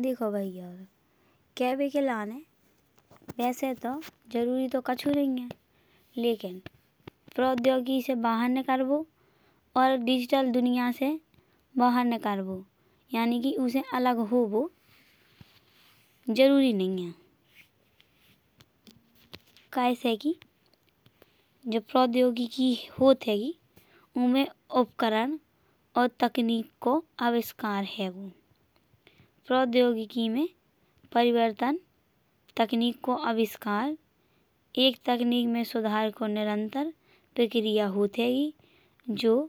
देखो भाइयाँहरो कहबे के लाने वैसे तो जरूरी तो कछु नइया। लेकिन प्रोद्योगिकी से बाहर निकलबो और डिजिटल दुनिया से बाहर। निकलबो यानी कि उसे अलग होवो जरूरी नइया। कैसे कि जो प्रोद्योगिकी होत हैंगी। ऊमे उपकरण और तकनीक को आविष्कार हैंगो। प्रोद्योगिकी में तकनीक और आविष्कार हैंगो। प्रोद्योगिकी में परिवर्तन तकनीक को आविष्कार एक तकनीक में सुधार को निरंतर प्रक्रिया होत। हैंगी जो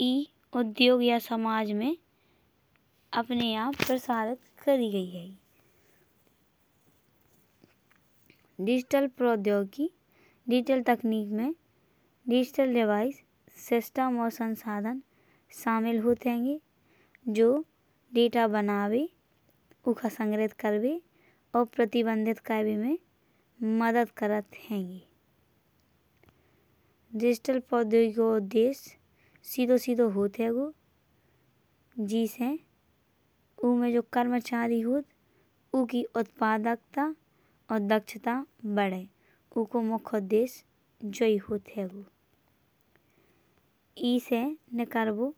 ई उद्योग या समाज में अपने आप प्रचारित करी गई हैंगी। डिजिटल प्रोद्योगिकी डिजिटल तकनीक में डिजिटल डिवाइस सिस्टम। और संसाधन शामिल होत हैंगे। जो डेटा बनाबे ऊका संग्रहित करबे और प्रतिबंधित करबे में मदद करत हैंगे। डिजिटल प्रोद्योगिकी को उद्देश्य सीधो सीधो होत हैंगो। जैसे ऊमे जो कर्मचारी होत ऊकी उत्पादकता। और दक्षता बढ़े ओको मुख्य उद्देश्य यही होत हैंगो।